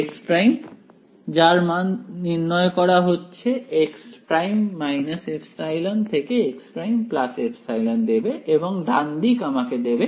x′ εx′ε দেবে এবং ডান দিক আমাকে দেবে